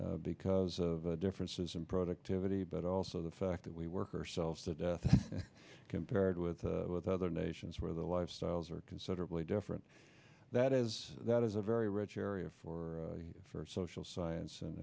is because of differences in productivity but also the fact that we work herself to death compared with with other nations where their lifestyles are considerably different that is that is a very rich area for social science and